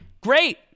Great